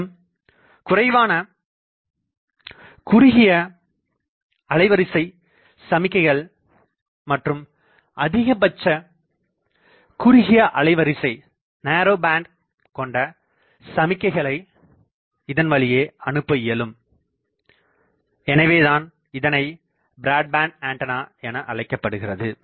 மேலும் குறைவான குறுகிய அலைவரிசை சமிக்கைகள் மற்றும் அதிகபட்ச குறுகிய அலைவரிசை கொண்ட சமிக்கைகளை இதன் வழியே அனுப்ப இயலும் எனவேதான் இது பிராட்பேண்ட் ஆண்டனா என அழைக்கப்படுகிறது